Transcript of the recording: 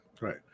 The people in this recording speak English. Right